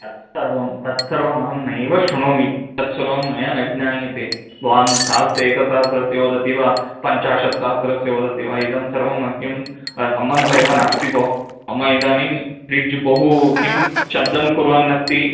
तत् सर्व तत् सर्वम् अहं नैव शृणोमि तत् सर्वं मया न ज्ञायते भवान् सहस्रं एकसहस्रस्य वदति वा पञ्चाशत्सहस्रस्य वदति वा इदं सर्वं मह्यं सम्बन्धः एव नास्ति भोः मम इदानीं फ्रि़ज् बहु किं शब्दं कुर्वन्नस्ति